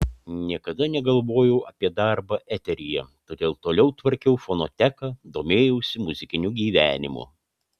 niekada negalvojau apie darbą eteryje todėl toliau tvarkiau fonoteką domėjausi muzikiniu gyvenimu